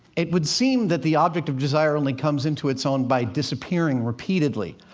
it would seem that the object of desire only comes into its own by disappearing repeatedly.